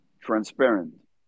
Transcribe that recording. transparent